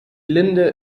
linde